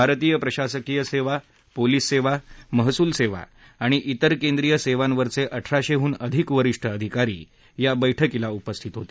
भारतीय प्रशासकीय सेवा पोलीस सेवा महसूल सेवा आणि वेर केंद्रीय सेवांवरचे अठराशेहून अधिक वरिष्ठ अधिकारी या बैठकीला उपस्थित होते